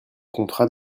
contrat